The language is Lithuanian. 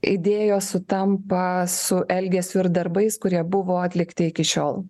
idėjos sutampa su elgesiu ir darbais kurie buvo atlikti iki šiol